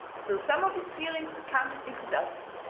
so some of his feelings counterdicted others,